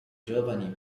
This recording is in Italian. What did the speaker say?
giovani